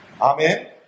Amen